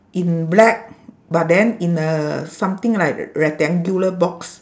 in black but then in a something like rectangular box